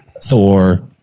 Thor